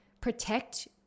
protect